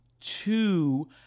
two